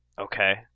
Okay